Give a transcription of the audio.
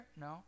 No